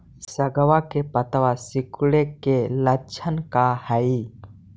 सगवा के पत्तवा सिकुड़े के लक्षण का हाई?